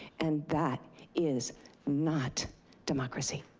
and that is not democracy.